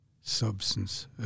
substance